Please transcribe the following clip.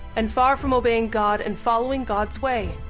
and far from obeying god and following god's way.